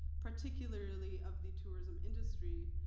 particularly of the tourism industry,